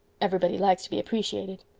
everybody likes to be appreciated.